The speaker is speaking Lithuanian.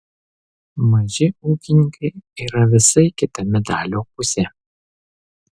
maži ūkininkai yra visai kita medalio pusė